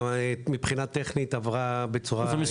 מבחינה טכנית עברה בצורה טובה.